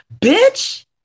Bitch